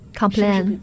complain